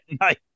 night